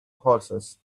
horses